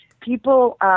People